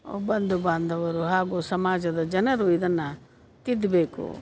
ಬಂದು ಬಾಂಧವರು ಹಾಗೂ ಸಮಾಜದ ಜನರು ಇದನ್ನು ತಿದ್ದಬೇಕು